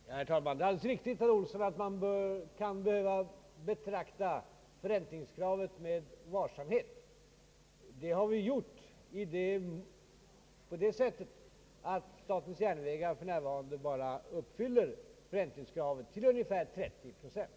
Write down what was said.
Herr talman! Det är alldeles riktigt, herr Olsson, att man kan behöva tillämpa förräntningskravet med varsamhet. Det har vi gjort så, att SJ för närvarande bara uppfyller förräntningskravet till ungefär 30 procent.